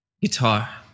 guitar